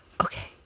okay